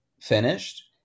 finished